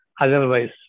Otherwise